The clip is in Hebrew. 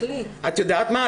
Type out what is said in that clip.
את יודעת מה?